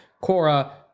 cora